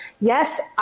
yes